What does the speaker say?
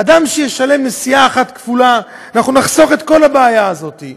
אדם שישלם נסיעה אחת כפולה ואנחנו נחסוך את כל הבעיה הזאת.